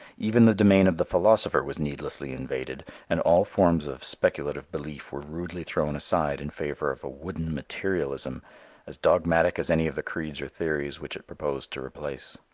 even the domain of the philosopher was needlessly invaded and all forms of speculative belief were rudely thrown aside in favor of a wooden materialism as dogmatic as any of the creeds or theories which it proposed to replace.